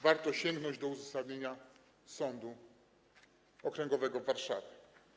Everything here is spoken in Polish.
Warto sięgnąć do uzasadnienia Sądu Okręgowego w Warszawie.